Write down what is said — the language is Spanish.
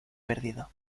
perdido